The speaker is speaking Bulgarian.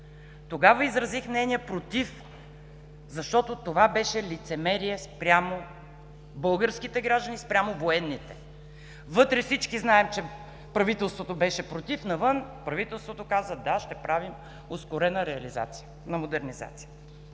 Тогава изразих мнение „против“, защото това беше лицемерие спрямо българските граждани, спрямо военните. Вътре всички знаем, че правителството беше против, навън правителството каза: „Да, ще направим ускорена реализация на модернизацията“.